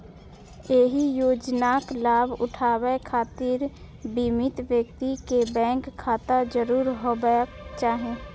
एहि योजनाक लाभ उठाबै खातिर बीमित व्यक्ति कें बैंक खाता जरूर होयबाक चाही